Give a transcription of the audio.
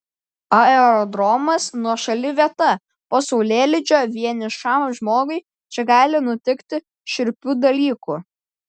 aerodromas nuošali vieta po saulėlydžio vienišam žmogui čia gali nutikti šiurpių dalykų